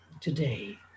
today